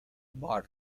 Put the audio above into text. burn